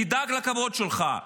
"תדאג לכבוד שלך"